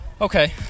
Okay